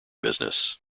business